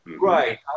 Right